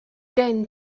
gen